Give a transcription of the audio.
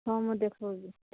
ହଁ ମୁଁ ଦେଖାଉଛି